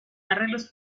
arreglos